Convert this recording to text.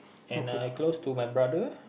and I close to my brother